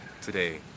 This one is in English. today